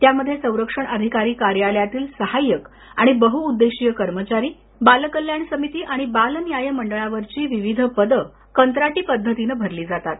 त्यामध्ये संरक्षण अधिकारी कार्यालयातील सहाय्यक आणि बहुउद्देशीय कर्मचारी बालकल्याण समिती आणि बाल न्याय मंडळावरील विविध पद कंत्राटी पद्धतीनं भरली जातात